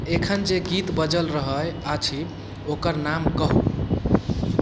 एखन जे गीत बजल रहै अछि ओकर नाम कहु